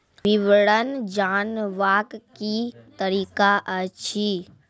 विवरण जानवाक की तरीका अछि?